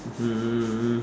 um